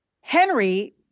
Henry